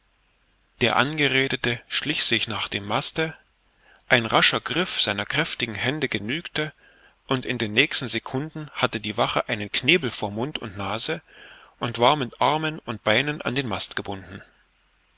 der angeredete schlich sich nach dem maste ein rascher griff seiner kräftigen hände genügte und in den nächsten sekunden hatte die wache einen knebel vor mund und nase und war mit armen und beinen an den mast gebunden